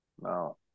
no